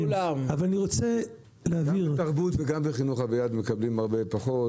גם בתרבות וגם בחינוך, אביעד, מקבלים הרבה פחות.